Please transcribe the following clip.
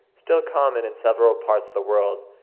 still common in several parts of the world,